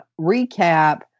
recap